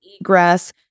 egress